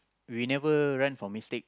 we never run from mistake